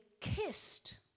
kissed